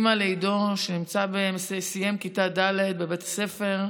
אימא לעידו, שסיים כיתה ד' בבית הספר,